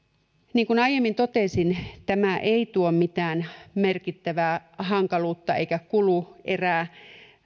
niin kuin aiemmin totesin tämä ei tuo mitään merkittävää hankaluutta eikä kuluerää